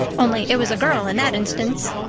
only, it was a girl in that instance.